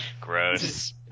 Gross